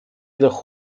jedoch